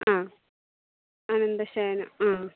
ആ അനന്തശയനം ആ